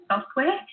software